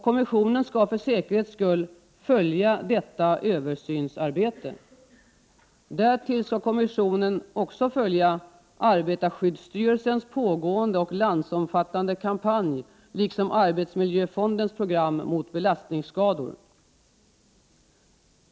Kommissionen skall för säkerhets skull följa detta översynsarbete. Därtill skall kommissionen också följa arbetarskyddsstyrelsens pågående, landsomfattande kampanj liksom arbetsmiljöfondens program mot belastningsskador.